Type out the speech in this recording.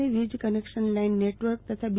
ની વીજ connection line network તથા બી